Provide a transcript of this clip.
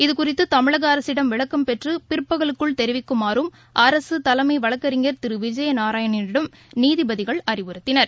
இது குறித்துதமிழகஅரசிடம் விளக்கம் பெற்றுபிற்பகலுக்குள் தெரிவிக்குமாறும் அரசுதலைமைவழக்கறிஞர் திருவிஜயநாராயணனிடம் நீதிபதிகள் அறிவுறுத்தினர்